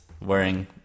Wearing